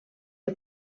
del